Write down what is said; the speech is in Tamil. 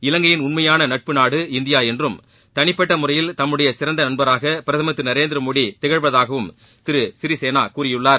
இலங்கையின் உண்மையான நட்பு நாடு இந்தியா என்றும் தனிப்பட்ட முறையில் தம்முடைய சிறந்த நண்பராக பிரதமர் திரு மோடி திகழ்வதாகவும் திரு சிறிசேனா கூறியுள்ளார்